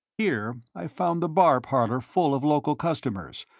here i found the bar-parlour full of local customers,